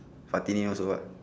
fatini also [what]